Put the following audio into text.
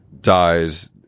dies